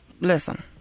listen